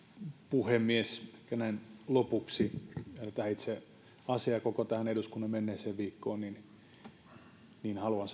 puhemies ehkä näin lopuksi tähän itse asiaan ja koko tähän eduskunnan menneeseen viikkoon ensinnäkin haluan